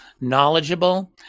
knowledgeable